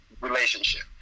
relationship